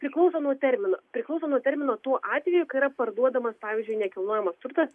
priklauso nuo termino priklauso nuo termino tuo atveju kai yra parduodamas pavyzdžiui nekilnojamas turtas